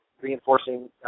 reinforcing